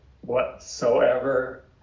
whatsoever